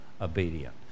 obedient